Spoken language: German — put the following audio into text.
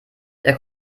der